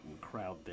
crowd